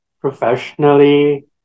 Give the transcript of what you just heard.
professionally